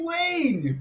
Wayne